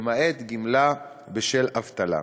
למעט גמלה בשל אבטלה.